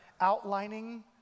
outlining